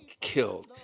killed